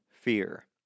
fear